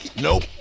Nope